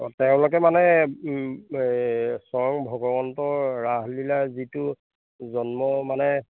অঁ তেওঁলোকে মানে এই স্বয়ং ভগৱন্ত ৰাসলীলা যিটো জন্ম মানে